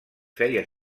feia